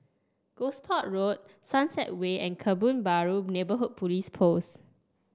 Gosport Road Sunset Way and Kebun Baru Neighbourhood Police Post